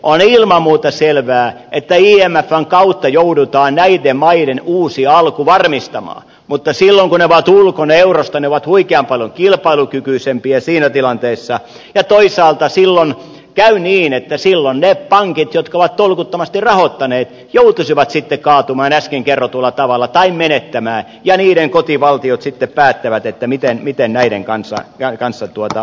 on ilman muuta selvää että imfn kautta joudutaan näiden maiden uusi alku varmistamaan mutta silloin kun ne ovat ulkona eurosta ne ovat huikean paljon kilpailukykyisempiä siinä tilanteessa ja toisaalta silloin käy niin että silloin ne pankit jotka ovat tolkuttomasti rahoittaneet joutuisivat sitten kaatumaan äsken kerrotulla tavalla tai menettämään ja niiden kotivaltiot sitten päättävät miten näiden kanssa menetellään